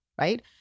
right